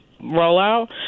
rollout